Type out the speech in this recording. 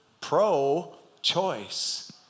Pro-choice